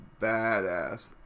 badass